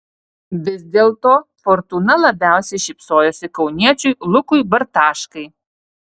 vis dėlto fortūna labiausiai šypsojosi kauniečiui lukui bartaškai